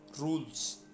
rules